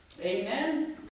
Amen